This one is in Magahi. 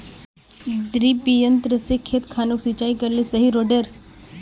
डिरिपयंऋ से खेत खानोक सिंचाई करले सही रोडेर?